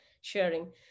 sharing